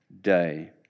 day